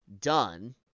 done